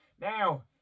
Now